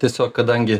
tiesiog kadangi